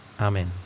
Amen